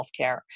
healthcare